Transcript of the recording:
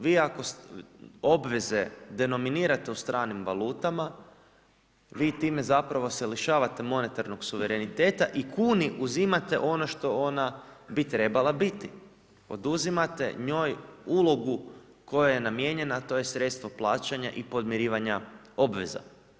Vi ako obveze denominirate u stranim valutama, vi time zapravo se lišavate monetarnog suvereniteta i kuni uzimate ono što ona bi trebala biti, oduzimate njoj ulogu koja je namijenjena a to je sredstvo plaćanja i podmirivanja obveza.